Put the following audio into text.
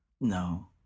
No